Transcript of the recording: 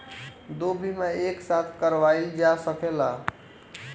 दो बीमा एक साथ करवाईल जा सकेला?